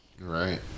Right